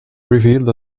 revealed